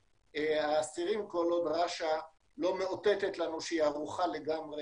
האסירים כל עוד רש"א לא מאותתת שהיא ערוכה לגמרי